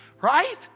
Right